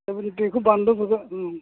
तारमाने बेखौ बानलु मोनबा ओं